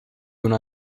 una